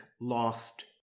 lost